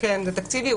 כי לא להטעות,